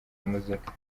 muzika